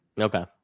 okay